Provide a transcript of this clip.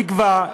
תקבע,